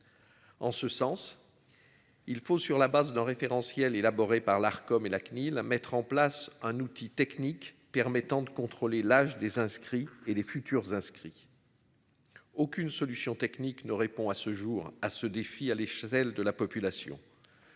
En ce sens. Il faut, sur la base d'un référentiel élaboré par l'Arcom et la CNIL à mettre en place un outil technique permettant de contrôler l'âge des inscrits et des futurs inscrits. Aucune solution technique ne répond à ce jour à ce défi à l'échelle de la population.